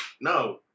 no